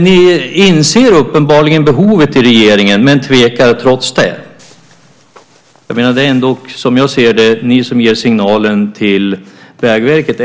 Ni inser uppenbarligen behovet i regeringen men tvekar trots det. Det är ändå som jag ser det ni som ger signalen till Vägverket.